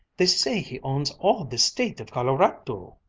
they say he owns all the state of colorado!